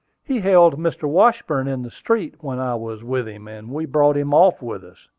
he hailed mr. washburn in the street when i was with him, and we brought him off with us.